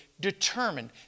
determined